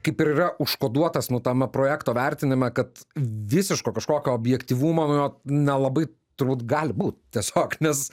kaip ir yra užkoduotas nu tame projekto vertinime kad visiško kažkokio objektyvumo nu jo nelabai turbūt gali būt tiesiog nes